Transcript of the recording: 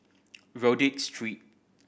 Rodyk Street